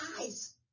eyes